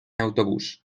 autobús